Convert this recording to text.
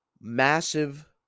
massive